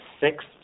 six